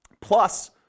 plus